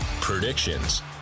predictions